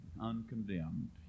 uncondemned